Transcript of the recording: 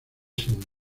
siendo